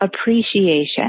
Appreciation